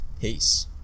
Peace